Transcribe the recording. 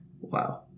Wow